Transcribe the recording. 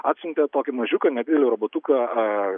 atsiuntė tokį mažiuką nedidelį robotuką